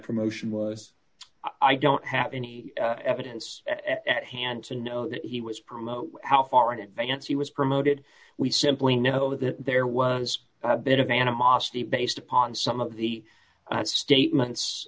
promotion was i don't have any evidence at hand to know that he was promote how far in advance he was promoted we simply know that there was a bit of animosity based upon some of the statements